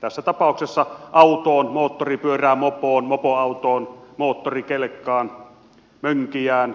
tässä tapauksessa autoon moottoripyörään mopoon mopoautoon moottorikelkkaan mönkijään mihin tahansa